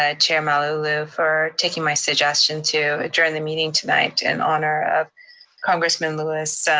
ah chair malauulu for taking my suggestion to adjourn the meeting tonight in honor of congressman lewis.